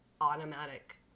automatic